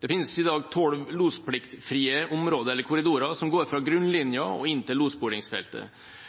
Det finnes i dag tolv lospliktfrie områder/korridorer som går fra grunnlinja og